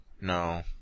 No